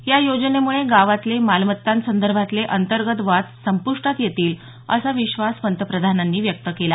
या योजनेमुळे गावातले मालमत्तांसंदर्भातले अंतर्गत वाद संप्रष्टात येतील असा विश्वास पंतप्रधानांनी व्यक्त केला